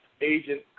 agent